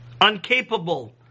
uncapable